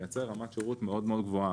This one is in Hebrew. מייצר רמת שירות מאוד-מאוד גבוהה.